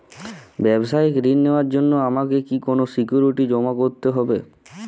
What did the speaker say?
ব্যাবসায়িক ঋণ নেওয়ার জন্য আমাকে কি কোনো সিকিউরিটি জমা করতে হবে?